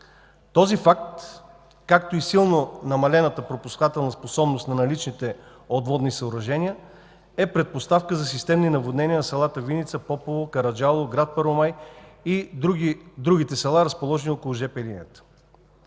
Този факт, както и силно намалената пропускателна способност на наличните отводни съоръжения, е предпоставка за системни наводнения на селата Виница, Попово, Караджалово, град Първомай и другите села, разположени около жп линията.